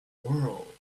world